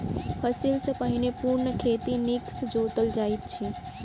फसिल सॅ पहिने पूर्ण खेत नीक सॅ जोतल जाइत अछि